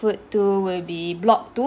~od to will be block two